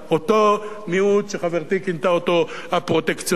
אותו מיעוט שחברתי כינתה אותו "הפרוטקציוניסטים",